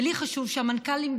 ולי חשוב שהמנכ"לים,